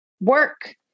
Work